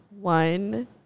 One